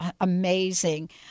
amazing